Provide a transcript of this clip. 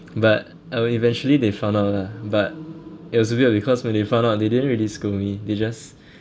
but uh eventually they found out lah but it was weird because when they found out they didn't really scold me they just